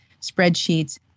spreadsheets